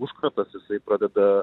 užkratas jisai pradeda